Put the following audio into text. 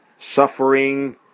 suffering